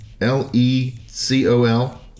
L-E-C-O-L